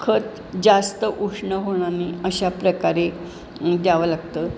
खत जास्त उष्ण होणार नाही अशा प्रकारे द्यावं लागतं